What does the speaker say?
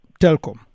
Telcom